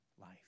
life